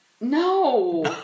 No